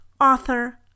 author